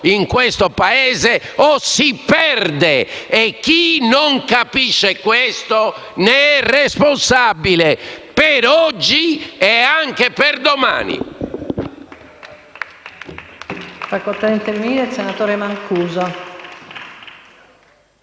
in questo Paese, o si perde e chi non lo capisce ne è responsabile per oggi e anche per domani.